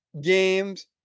games